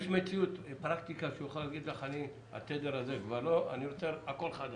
יש פרקטיקה שהוא יכול לומר לך שהתדר הזה כבר לא והוא רוצה הכול חדש?